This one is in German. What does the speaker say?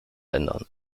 ändern